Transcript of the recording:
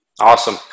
Awesome